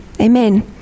amen